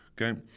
Okay